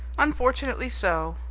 unfortunately so.